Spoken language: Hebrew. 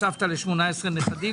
סבתא ל-18 נכדים,